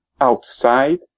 outside